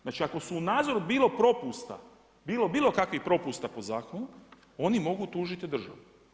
Znači ako su u nadzoru bilo propusta, bilo bilo kakvih propusta po zakonu, oni mogu tužiti državu.